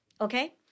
okay